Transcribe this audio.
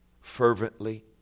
fervently